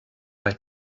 like